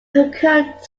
current